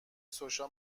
سوشا